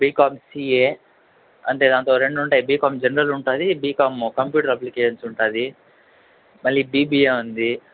BCom CA అంటే దాంట్లో రెండు ఉంటాయి బీకాం జనరల్ ఉంటుంది బీకాం కంప్యూటర్ అప్లికేషన్స్ ఉంటుంది మళ్ళీ బీబీఏ ఉంది